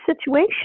situation